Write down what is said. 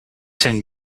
zijn